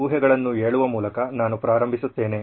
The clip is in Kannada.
ಹಾಗಾಗಿ ಊಹೆಗಳನ್ನು ಹೇಳುವ ಮೂಲಕ ನಾನು ಪ್ರಾರಂಭಿಸುತ್ತೇನೆ